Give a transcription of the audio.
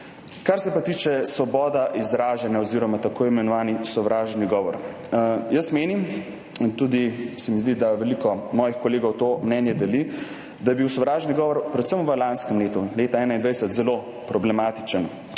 Kar se pa tiče svobode izražanja oziroma tako imenovanega sovražnega govora. Menim, se mi zdi, da tudi veliko mojih kolegov to mnenje deli, da je bil sovražni govor predvsem v lanskem letu, letu 2021 zelo problematičen,